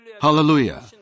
Hallelujah